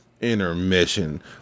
Intermission